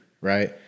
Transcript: Right